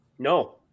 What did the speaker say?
No